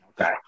Okay